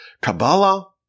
Kabbalah